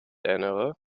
erinnere